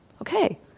Okay